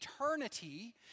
eternity